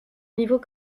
niveau